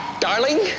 Darling